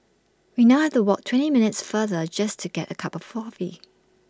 we now have to walk twenty minutes farther just to get A cup of coffee